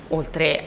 oltre